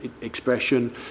expression